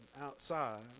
outside